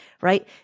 right